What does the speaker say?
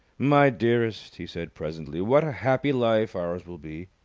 my dearest, he said presently, what a happy life ours will be.